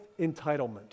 entitlement